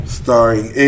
starring